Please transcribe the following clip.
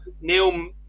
Neil